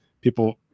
people